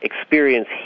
experience